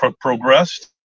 progressed